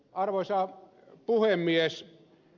arvoisa puhemies